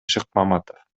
шыкмаматов